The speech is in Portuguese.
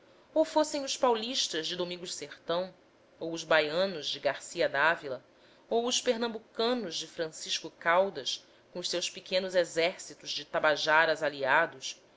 ou fossem os paulistas de domingos sertão ou os baianos de garcia dávila ou os pernambucanos de francisco caldas com os seus pequenos exércitos de tabajaras aliados